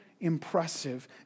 impressive